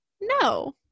No